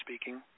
speaking